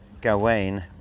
Gawain